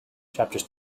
chapters